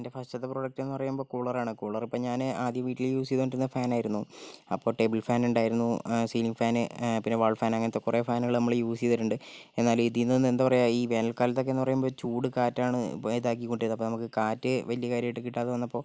എൻ്റെ ഫസ്റ്റത്തെ പ്രോഡക്റ്റ് എന്ന് പറയുമ്പോൾ കൂളറാണ് കൂളർ ഇപ്പോൾ ഞാൻ ആദ്യം വീട്ടില് യൂസ് ചെയ്തുകൊണ്ടിരുന്നത് ഫാൻ ആയിരുന്നു അപ്പോൾ ടേബിൾ ഫാൻ ഉണ്ടായിരുന്നു സീലിംഗ് ഫാൻ പിന്നെ വാൾ ഫാൻ അങ്ങനത്ത കുറേ ഫാനുകൾ നമ്മൾ യൂസ് ചെയ്തിട്ടുണ്ട് എന്നാലും ഇതിന്ന് എന്താ പറയുക ഈ വേനൽക്കാലത്തൊക്കെയെന്ന് പറയുമ്പോൾ ചൂട് കാറ്റാണ് ഇതാക്കിക്കൊണ്ടിരുന്നത് അപ്പോൾ നമുക്ക് കാറ്റ് വലിയ കാര്യായിട്ട് കിട്ടാതെ വന്നപ്പോൾ